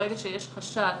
ברגע שיש חשש,